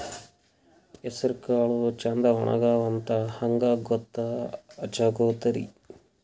ಹೆಸರಕಾಳು ಛಂದ ಒಣಗ್ಯಾವಂತ ಹಂಗ ಗೂತ್ತ ಹಚಗೊತಿರಿ?